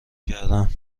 کردن